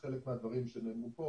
המלאים שקיימים והמלאים שנדרשים.